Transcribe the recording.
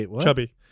Chubby